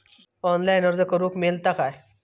Online अर्ज करूक मेलता काय?